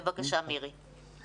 בבקשה, מירי.